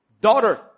daughter